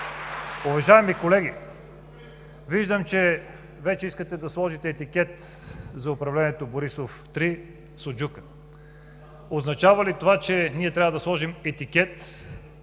Уважаеми колеги, виждам, че вече искате да сложите етикет за управлението „Борисов 3“ – „Суджука“. Означава ли това, че ние трябва да сложим етикет,